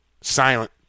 silent